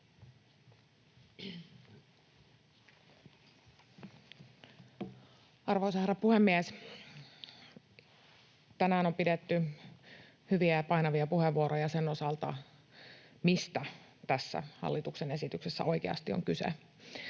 Arvoisa herra puhemies! Tänään on pidetty hyviä ja painavia puheenvuoroja sen osalta, mistä tässä hallituksen esityksessä oikeasti on kyse.